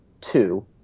two